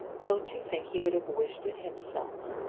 don't you think he would have wished it himself?